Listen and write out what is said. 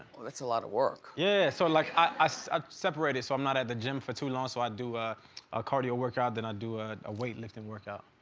that's a lot of work. yeah, yeah, so like i so ah separate it so i'm not at the gym for too long. so i do a cardio workout, then i do a a weightlifting workout.